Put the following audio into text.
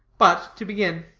but, to begin.